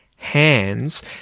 hands